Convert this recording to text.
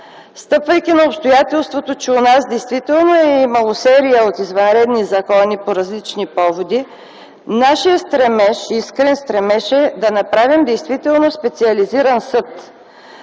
стъпвайки на обстоятелството, че у нас действително е имало серия от извънредни закони по различни поводи, нашият искрен стремеж е да направим действително специализиран съд,